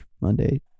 monday